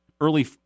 early –